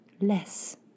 less